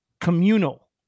communal